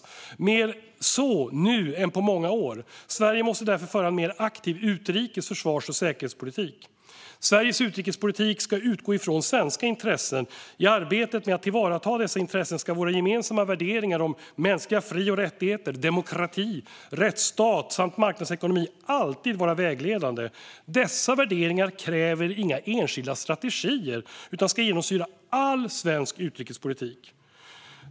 Så är det nu mer än på många år. Sverige måste därför föra en mer aktiv utrikes, försvars och säkerhetspolitik. Sveriges utrikespolitik ska utgå från svenska intressen. I arbetet med att tillvarata dessa intressen ska våra gemensamma värderingar gällande mänskliga fri och rättigheter, demokrati, rättsstat samt marknadsekonomi alltid vara vägledande. Dessa värderingar kräver inga enskilda strategier utan ska genomsyra all svensk utrikespolitik.